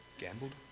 Gambled